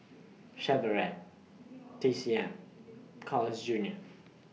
Chevrolet T C M Carl's Junior